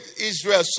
Israel